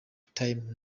times